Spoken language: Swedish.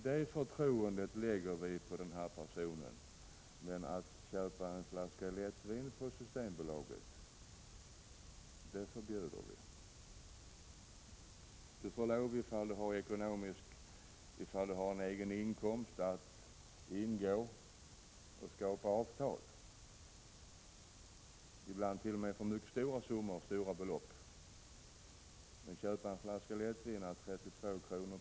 Detta förtroende lägger vi på dessa personer, men att köpa en flaska lättvin på Systembolaget det förbjuder vi dem att göra. Dessa personer får, om de har egen inkomst, ingå avtal, ibland för mycket stora belopp, men köpa en flaska lättvin å 32 kr.